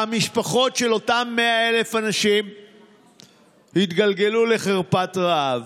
והמשפחות של אותם 100,000 אנשים יתגלגלו לחרפת רעב,